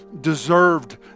deserved